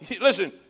listen